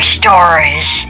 stories